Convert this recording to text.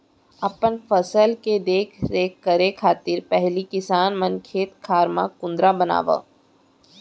अपन फसल के देख रेख करे खातिर पहिली किसान मन खेत खार म कुंदरा बनावय